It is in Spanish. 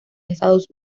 estados